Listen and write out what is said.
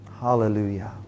Hallelujah